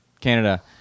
Canada